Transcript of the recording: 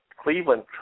Cleveland